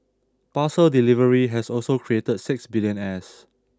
parcel delivery has also created six billionaires